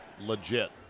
legit